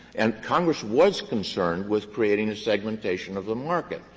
and congress was concerned with creating a segmentation of the market.